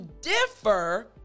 differ